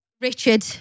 Richard